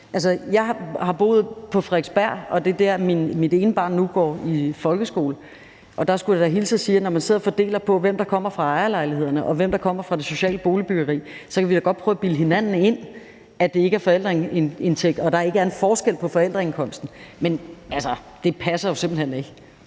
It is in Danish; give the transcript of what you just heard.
jeg har boet på Frederiksberg, og det er der, hvor mit ene barn nu går i folkeskole, og jeg skal da hilse og sige, at når man sidder og fordeler ud fra, hvem der kommer fra ejerlejlighederne, og hvem der kommer fra det sociale boligbyggeri, kan vi da godt prøve at bilde hinanden ind, at det ikke er ud fra forældreindtægt, og at der ikke er en forskel på forældreindkomsten, men det passer jo simpelt hen ikke.